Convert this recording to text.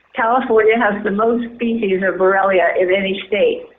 california has the most species of borrelia in any state,